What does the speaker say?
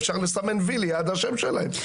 אפשר לסמן וי ליד השם שלהם.